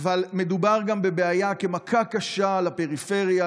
אבל מדובר גם בבעיה של מכה קשה לפריפריה,